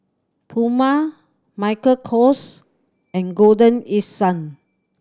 Puma Michael Kors and Golden East Sun